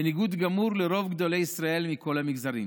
בניגוד גמור לרוב גדול בישראל מכל המגזרים.